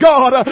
God